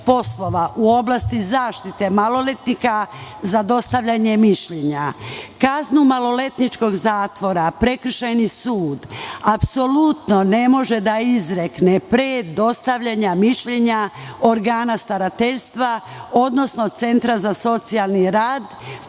u oblasti zaštite maloletnika za dostavljanje mišljenja. Kaznu maloletničkog zatvora prekršajni sud apsolutno ne može da izrekne pre dostavljanja mišljenja organa starateljstva, odnosno centra za socijalni rad.